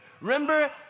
Remember